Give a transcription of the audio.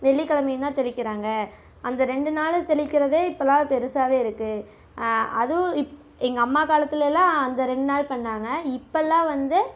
வெள்ளிக் கிழமையுந்தான் தெளிக்கிறாங்க அந்த ரெண்டு நாளும் தெளிக்கிறதே இப்போல்லாம் பெருசாகவே இருக்குது அதுவும் இப் எங்கள் அம்மா காலத்தில் எல்லாம் அந்த ரெண்டு நாள் பண்ணிணாங்க இப்போல்லாம் வந்து